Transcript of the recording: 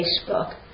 Facebook